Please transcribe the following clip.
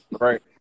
Right